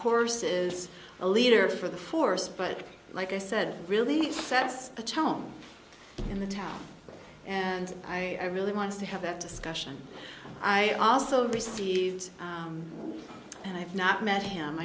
course is a leader for the force but like i said really sets the tone in the town and i really want to have that discussion i also received and i've not met him